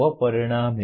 वह परिणाम है